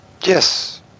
yes